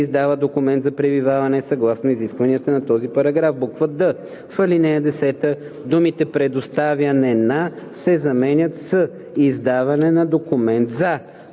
издава документ за пребиваване съгласно изискванията на този параграф.“; д) в ал. 10 думите „предоставяне на“ се заменят с „издаване на документ за“;